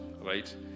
right